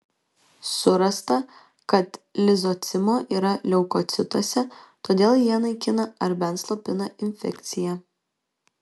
surasta kad lizocimo yra leukocituose todėl jie naikina ar bent slopina infekciją